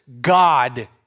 God